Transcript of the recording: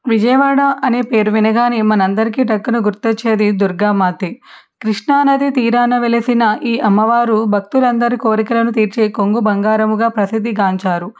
విజయవాడ అనే పేరు వినగానే మనందరికీ టక్కున గుర్తొచ్చేది దుర్గామాతే కృష్ణా నది తీరాన వెలసిన ఈ అమ్మవారు భక్తులందరూ కోరికలను తీర్చే కొంగు బంగారముగా ప్రసిద్ధిగాంచారు